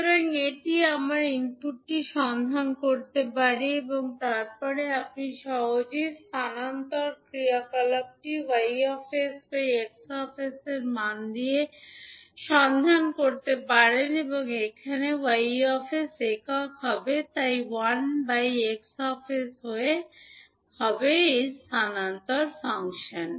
সুতরাং এটি আমরা ইনপুটটি সন্ধান করতে পারি এবং তারপরে আপনি সহজেই স্থানান্তর ক্রিয়াকলাপটি Y 𝑠 𝑋 𝑠 এর মান দিয়ে সন্ধান করতে পারবেন এখানে 𝑌 𝑠 একক হবে তাই 1 X𝑠 হল এই ক্ষেত্রে স্থানান্তর ফাংশন